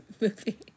movie